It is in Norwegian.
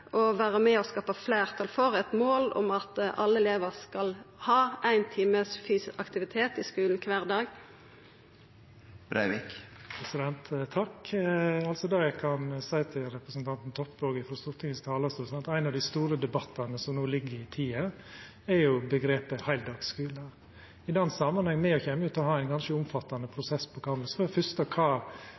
og vera med og skapa fleirtal for eit mål om at alle elevar skal ha ein time fysisk aktivitet i skulen kvar dag? Det eg kan seia til representanten Toppe òg frå Stortingets talarstol, er at ein av dei store debattane som no ligg i tida, er omgrepet «heildagsskule». I den samanhengen kjem me til å ha ein ganske omfattande prosess på for det fyrste: Kva